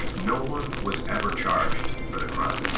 no one was ever charged for the crime.